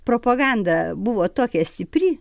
propaganda buvo tokia stipri